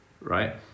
right